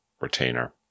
retainer